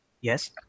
Yes